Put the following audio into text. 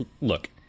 Look